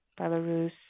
Belarus